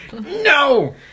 no